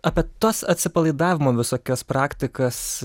apie tas atsipalaidavimo visokias praktikas